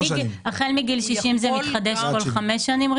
החל מגיל 60 הרישיון המקצועי מתחדש כל 5 שנים.